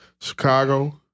Chicago